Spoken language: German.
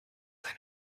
eine